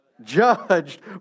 judged